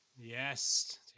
Yes